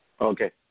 Okay